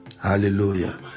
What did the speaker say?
Hallelujah